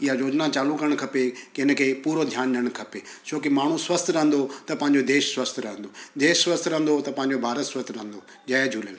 इहा योजना चालू करण खपे की हिन खे पूरो ध्यानु ॾियणु खपे छो कि माण्हू स्वस्थ रहंदो त पंहिंजो देश स्वस्थ रहंदो देश स्वस्थ रहंदो त पंहिंजो भारत स्वस्थ रहंदो जय झूलेलाल